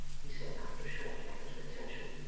he said after a short effort of attention,